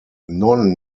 non